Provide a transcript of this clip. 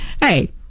Hey